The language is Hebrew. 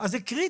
אז זה קריטי.